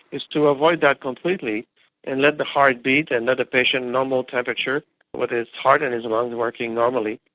is to avoid that completely and let the heart beat and the patient's normal temperature with his heart and his lungs working normally.